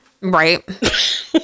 right